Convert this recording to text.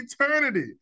eternity